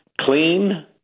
Clean